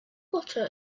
butter